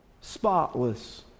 spotless